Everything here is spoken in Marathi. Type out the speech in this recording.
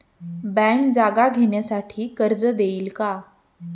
बँक जागा घेण्यासाठी कर्ज देईल का?